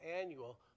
annual